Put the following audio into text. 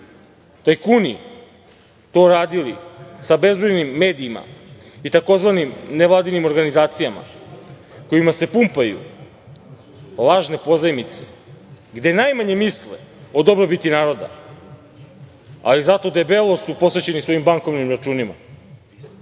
tajkuni to radili sa bezbrojnim medijima i tzv. nevladinim organizacijama kojima se pumpaju lažne pozajmice, gde najmanje misle o dobrobiti naroda, ali zato su debelo posvećeni svojim bankovnim računima,